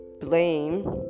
blame